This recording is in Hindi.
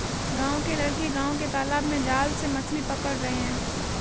गांव के लड़के गांव के तालाब में जाल से मछली पकड़ रहे हैं